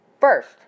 First